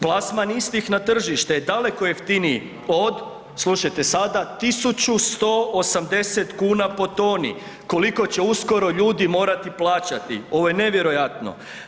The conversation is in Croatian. Plasman istih na tržište je daleko jeftiniji od, slušajte sada, 1.180 kuna po toni, koliko će uskoro ljudi morati plaćati, ovo je nevjerojatno.